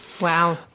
Wow